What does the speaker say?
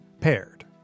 Paired